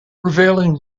prevailing